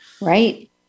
Right